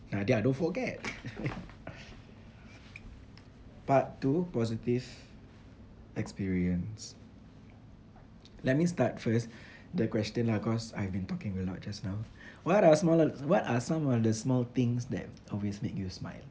nadia don't forget part two positive experience let me start first the question lah cause I've been talking a lot just now what are small what are some of the small things that always make you smile